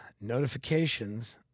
Notifications